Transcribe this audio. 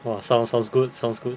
!wah! sound sounds good sounds good